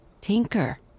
Tinker